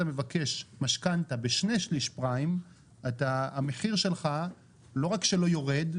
מבקש משכנתא בשני שליש פריים המחיר שלך לא רק שלא יורד,